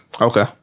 Okay